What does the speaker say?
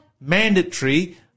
mandatory